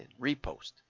Repost